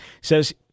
says